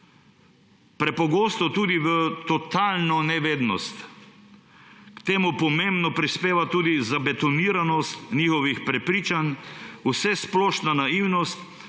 prepogosto tudi v totalno nevednost. K temu pomembno prispeva tudi zabetoniranost njihovih prepričanj, vsesplošna naivnost,